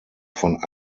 von